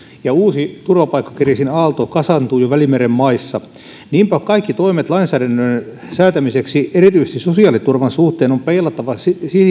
ja uusi turvapaikkakriisin aalto kasaantuu jo välimeren maissa niinpä kaikki toimet lainsäädännön säätämiseksi erityisesti sosiaaliturvan suhteen on peilattava